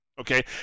Okay